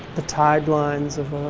the taglines of,